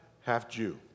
half-Jew